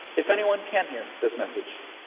if anyone can hear this message,